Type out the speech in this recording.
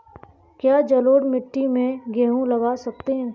क्या जलोढ़ मिट्टी में गेहूँ लगा सकते हैं?